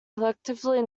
collectively